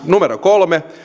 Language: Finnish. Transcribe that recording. kolme